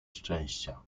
szczęścia